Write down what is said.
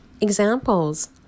Examples